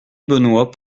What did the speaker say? benoit